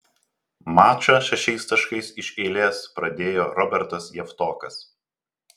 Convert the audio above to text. mačą šešiais taškais iš eilės pradėjo robertas javtokas